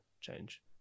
change